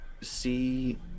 see